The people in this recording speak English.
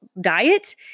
diet